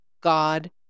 God